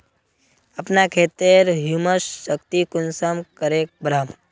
अपना खेतेर ह्यूमस शक्ति कुंसम करे बढ़ाम?